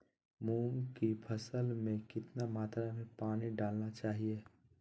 मूंग की फसल में कितना मात्रा में पानी डालना चाहिए?